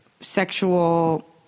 sexual